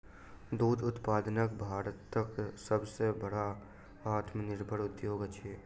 दूध उत्पादन भारतक सभ सॅ बड़का आत्मनिर्भर उद्योग अछि